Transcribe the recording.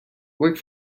work